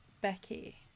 Becky